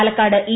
Palakkad E